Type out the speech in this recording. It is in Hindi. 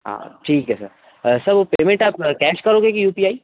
हाँ ठीक है सर सर वह पेमेंट आप कैश करोगे कि यू पी आई